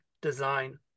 design